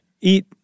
eat